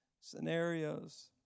scenarios